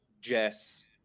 Jess